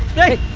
hey